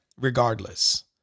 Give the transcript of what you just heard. regardless